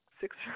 Six